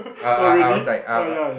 err I was like err